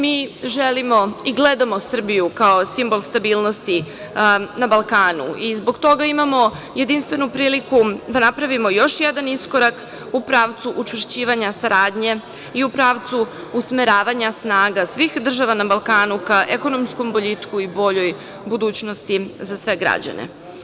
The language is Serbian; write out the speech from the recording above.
Mi želimo i gledamo Srbiju kao simbol stabilnosti na Balkanu i zbog toga imamo jedinstvenu priliku da napravimo još jedan iskorak u pravcu učvršćivanja saradnje i u pravcu usmeravanja snaga svih država na Balkanu ka ekonomskom boljitku i boljoj budućnosti za sve građane.